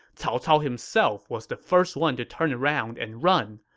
cao cao himself was the first one to turn around and run.